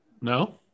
no